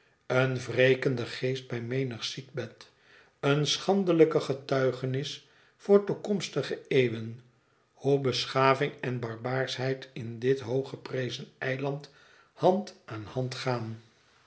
een wrekende geest bij menig ziekbed eene schandelijke getuigenis voor toekomstige eeuwen hoe beschaving en barbaarschheid in dit hooggeprezen eiland hand aan hand gaan